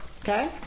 okay